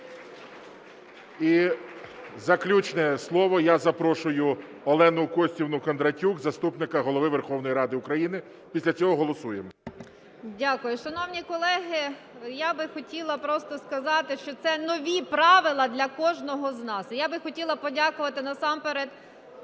І заключне слово. Я запрошую Олену Костівну Кондратюк, заступника Голови Верховної Ради України. Після цього голосуємо. 17:41:45 КОНДРАТЮК О.К. Дякую. Шановні колеги, я би хотіла просто сказати, що це нові правила для кожного з нас. Я би хотіла подякувати насамперед